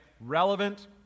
Relevant